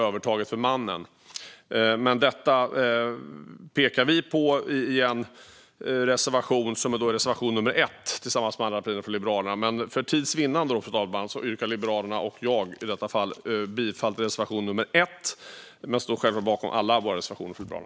Detta tar vi liberaler upp i reservation nummer 1. För tids vinnande, fru talman, yrkar Liberalerna och jag bifall till reservation nummer 1 men står självklart bakom alla våra reservationer.